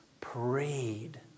prayed